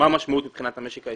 המשמעות מבחינת המשק הישראלי.